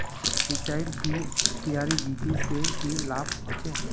सिंचाईर की क्यारी विधि से की लाभ होचे?